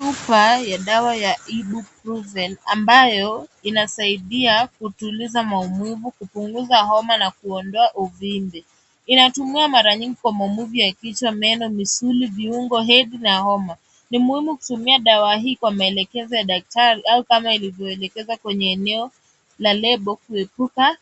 Chupa ya dawa ya ibuprofen ambayo inasaidia kutuliza maumivu, kupunguza homa na kuondoa uvimbe. Inatumiwa mara nyingi kwa maumivu ya kichwa, meno, misuli, viungo, hedhi na homa. Ni muhimu kutumia dawa hii kwa maelekezo ya daktari kama ilivyoelekezwa kwenye eneo la lebo kuepuka